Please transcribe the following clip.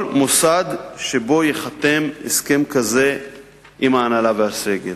מוסד שבו ייחתם הסכם כזה עם ההנהלה והסגל.